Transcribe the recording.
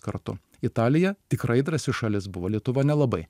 kartu italija tikrai drąsi šalis buvo lietuva nelabai